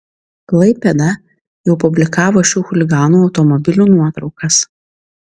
klaipėda jau publikavo šių chuliganų automobilių nuotraukas